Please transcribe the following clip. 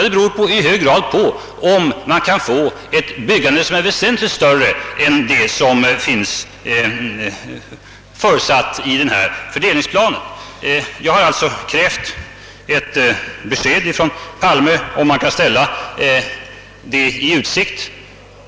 Det kräver att man kan få till stånd ett byggande som är väsentligt större än det som är förutsatt i denna fördelningsplan. Jag har alltså krävt ett besked ifrån herr Palme, om han kan ställa detta i utsikt.